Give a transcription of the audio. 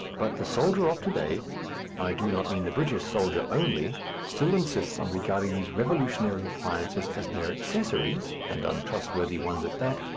but the soldier of to-day i do not mean the british soldier only still insists on regarding these revolutionary appliances as mere accessories, and untrustworthy ones at that,